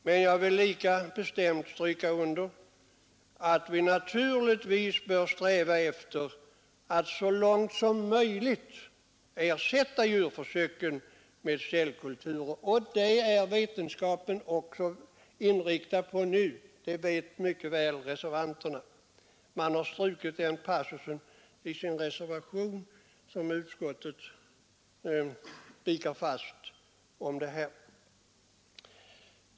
Men jag vill lika bestämt stryka under att vi naturligtvis bör sträva efter att så långt som möjligt ersätta försöksdjuren med cellkulturer, och det är vetenskapen även inriktad på nu — det vet mycket väl reservanterna. Men man har i sin reservation strukit den passus där utskottet spikar fast detta.